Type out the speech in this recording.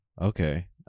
okay